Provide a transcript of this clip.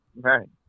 right